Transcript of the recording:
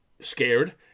scared